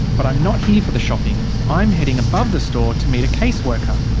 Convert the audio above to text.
but i'm not here for the shopping. i'm heading above the store to meet a case worker.